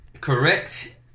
Correct